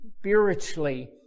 spiritually